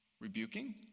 rebuking